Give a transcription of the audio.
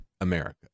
America